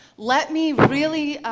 let me really